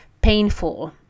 painful